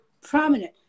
prominent